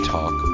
Talk